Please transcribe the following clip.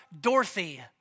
Dorothy